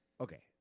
Okay